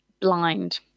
blind